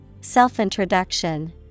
Self-Introduction